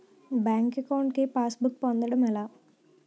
Bank account కి passbook పొందడం ఎలా?